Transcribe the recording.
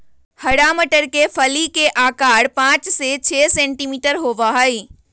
हरा मटर के फली के आकार पाँच से छे सेंटीमीटर होबा हई